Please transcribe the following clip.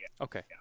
Okay